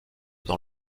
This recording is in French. dans